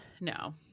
no